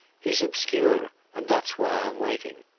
he's obscure, and that's why i'm waiting.